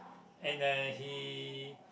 and uh he